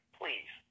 please